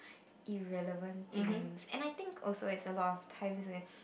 irrelevant things and I think also it's a lot of times where